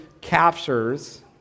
captures